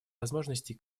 возможностей